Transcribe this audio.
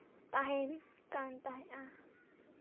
ᱛᱟᱦᱮᱸᱱ ᱠᱟᱱ ᱛᱟᱦᱮᱸᱫᱼᱟ